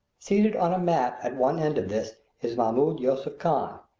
seated on a mat at one end of this is mahmoud yusuph khan,